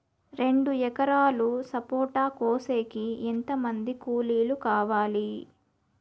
రెండు ఎకరాలు సపోట కోసేకి ఎంత మంది కూలీలు కావాలి?